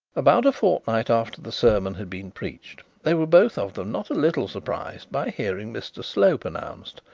about a fortnight after the sermon had been preached, they were both of them not a little surprised by hearing mr slope announced,